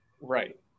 right